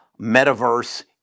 Metaverse